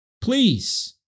please